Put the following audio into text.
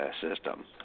system